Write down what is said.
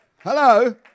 Hello